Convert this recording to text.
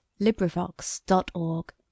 Librivox.org